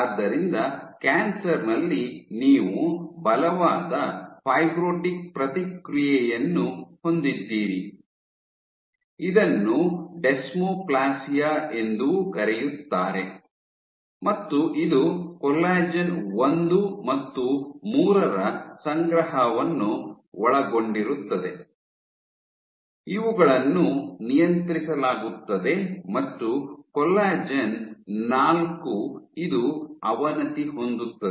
ಆದ್ದರಿಂದ ಕ್ಯಾನ್ಸರ್ ನಲ್ಲಿ ನೀವು ಬಲವಾದ ಫೈಬ್ರೊಟಿಕ್ ಪ್ರತಿಕ್ರಿಯೆಯನ್ನು ಹೊಂದಿದ್ದೀರಿ ಇದನ್ನು ಡೆಸ್ಮೋಪ್ಲಾಸಿಯಾ ಎಂದೂ ಕರೆಯುತ್ತಾರೆ ಮತ್ತು ಇದು ಕೊಲ್ಲಜೆನ್ ಒಂದು ಮತ್ತು ಮೂರರ ಸಂಗ್ರಹವನ್ನು ಒಳಗೊಂಡಿರುತ್ತದೆ ಇವುಗಳನ್ನು ನಿಯಂತ್ರಿಸಲಾಗುತ್ತದೆ ಮತ್ತು ಕೊಲ್ಲಾಜೆನ್ ನಾಲ್ಕು ಇದು ಅವನತಿ ಹೊಂದುತ್ತದೆ